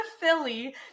Philly